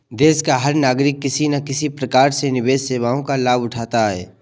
देश का हर नागरिक किसी न किसी प्रकार से निवेश सेवाओं का लाभ उठाता है